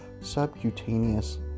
subcutaneous